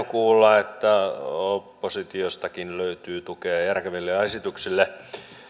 kuulla että oppositiostakin löytyy tukea järkeville esityksille